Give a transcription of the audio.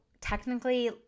technically